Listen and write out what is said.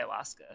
ayahuasca